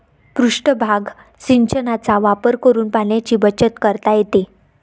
पृष्ठभाग सिंचनाचा वापर करून पाण्याची बचत करता येते